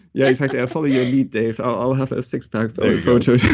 yeah, exactly. i'll follow your lead, dave. i'll have a six pack photo.